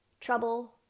trouble